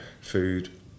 food